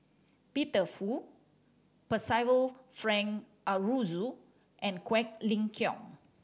Peter Fu Percival Frank Aroozoo and Quek Ling Kiong